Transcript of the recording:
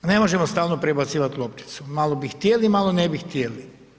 Ne možemo stalno prebacivati lopticu, malo bi htjeli, malo ne bi htjeli.